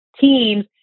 teams